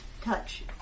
touch